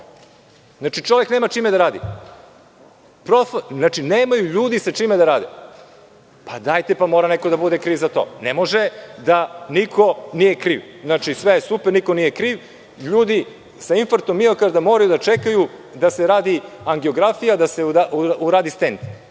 ali čovek nema čime da radi. Znači, nemaju ljudi sa čime da rade. Neko mora da bude kriv za to. Ne može da niko nije kriv. Znači, sve je super i niko nije kriv, a ljudi sa infarktom miokarda moraju da čekaju da se radi angiografija, da se uradi stend.U